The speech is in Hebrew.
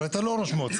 הרי אתה לא ראש מועצה,